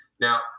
Now